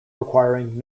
requiring